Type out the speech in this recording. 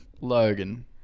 Logan